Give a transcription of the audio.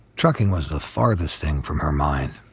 trucking was the farthest thing from her mind.